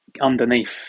underneath